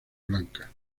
blanca